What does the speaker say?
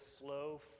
slow